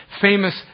famous